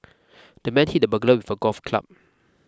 the man hit the burglar with a golf club